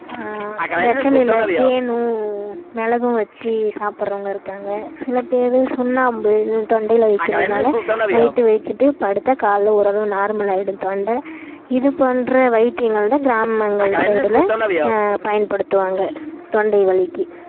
வெத்தலையில் தேனும் மிளகும் வச்சி சாப்பிட்றவங்க இருக்காங்க சில பேர் சுண்ணாம்பு இது தொண்டையில் வைக்கிறதுனால் நைட்டு வச்சிட்டு படுத்தால் காலையில் ஓரளவு நார்மலாகிடும் தொண்டை இதுப் போன்ற வைத்தியங்கள் தான் கிராமங்கள் சைடில் பயன்படுத்துவாங்க தொண்டை வலிக்கு